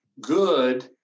good